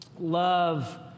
love